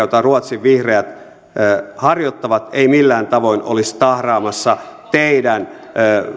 jota ruotsin vihreät harjoittavat ei millään tavoin olisi tahraamassa teidän